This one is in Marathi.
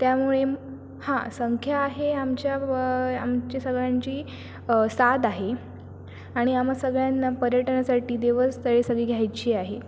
त्यामुळे हां संख्या आहे आमच्या व आमची सगळ्यांची सात आहे आणि आम्हा सगळ्यांना पर्यटनासाठी देवस्थळी सगळी घ्यायची आहे